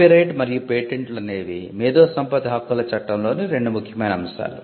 copyright మరియు పేటెంట్లు అనేవి మేధో సంపత్తి హక్కుల చట్టంలోని 2 ముఖ్యమైన అంశాలు